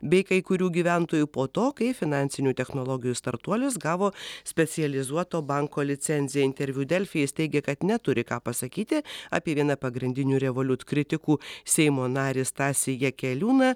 bei kai kurių gyventojų po to kai finansinių technologijų startuolis gavo specializuoto banko licenciją interviu delfi jis teigė kad neturi ką pasakyti apie vieną pagrindinių revoliut kritikų seimo narį stasį jakeliūną